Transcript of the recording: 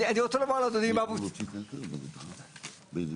אני רוצה לומר אדוני שני דברים נוספים,